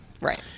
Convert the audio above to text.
right